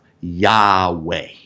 Yahweh